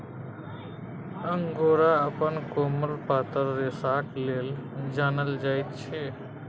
angora अपन कोमल पातर रेशाक लेल जानल जाइत छै